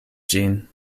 ĝin